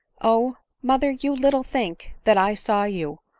oh, mother, you little think that i saw you,